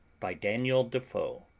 by daniel defoe